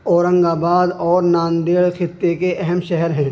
اورنگ آباد اور ناندیڑ خطے کے اہم شہر ہیں